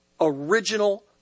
original